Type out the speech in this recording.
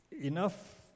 enough